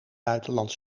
buitenland